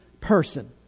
person